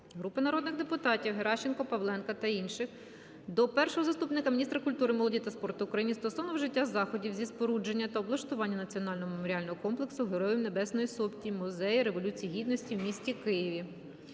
Групи народних депутатів (Геращенко, Павленка та інших) до першого заступника міністра культури, молоді та спорту України стосовно вжиття заходів зі спорудження та облаштування Національного меморіальному комплексу Героїв Небесної Сотні - Музею Революції Гідності в місті Києві.